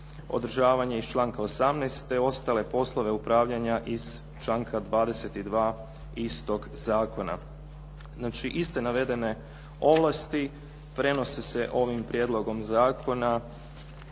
održavanje iz članka 18. te ostale poslove upravljanja iz članka 22. istog zakona. Znači iste navedene ovlasti prenose se ovim prijedlogom zakona